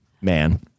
man